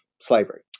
slavery